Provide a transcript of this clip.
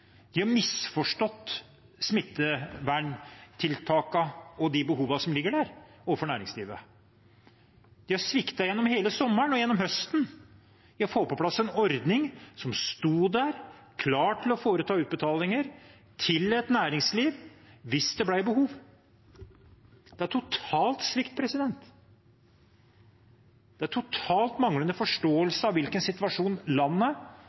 misforstått smitteverntiltakene og de behovene som ligger der. De har sviktet gjennom hele sommeren og høsten ved ikke å få på plass en ordning – som burde ha stått der, klar til å foreta utbetalinger til næringslivet hvis det ble behov. Det er en total svikt, det er en totalt manglende forståelse av hvilken situasjon landet